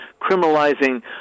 criminalizing